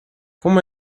como